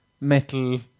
metal